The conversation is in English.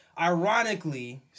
Ironically